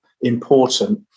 important